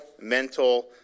mental